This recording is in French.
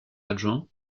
adjoint